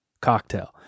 cocktail